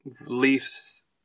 Leaf's